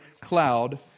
cloud